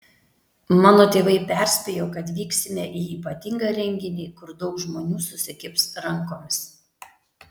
mano tėvai perspėjo kad vyksime į ypatingą renginį kur daug žmonių susikibs rankomis